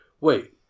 wait